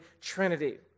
Trinity